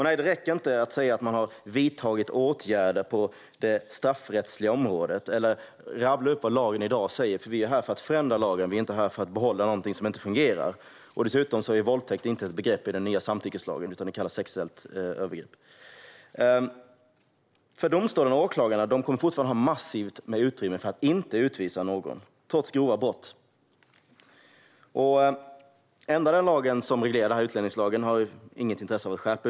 Nej, det räcker inte att säga att man "har vidtagit åtgärder på det straffrättsliga området" eller att rabbla upp vad lagen säger i dag. Vi är här för att förändra lagen; vi är inte här för att behålla någonting som inte fungerar. Dessutom är våldtäkt inte ett begrepp i den nya samtyckeslagen, utan det kallas sexuellt övergrepp. Domstolarna och åklagarna kommer fortfarande att ha massivt med utrymme för att inte utvisa någon trots grova brott. Lagen som reglerar detta, utlänningslagen, har man uppenbarligen inget intresse av att skärpa.